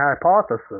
hypothesis